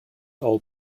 old